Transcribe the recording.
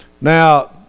Now